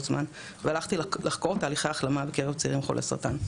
הזמן והלכתי לחקור תהליכי החלמה בקרב צעירים חולי סרטן.